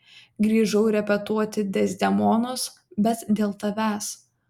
grįžau repetuoti dezdemonos bet dėl tavęs